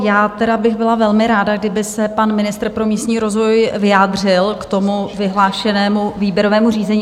Já bych byla velmi ráda, kdyby se pan ministr pro místní rozvoj vyjádřil k tomu vyhlášenému výběrovému řízení.